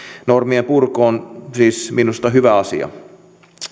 normien purku on siis minusta hyvä asia